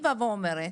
אני באה ואומרת,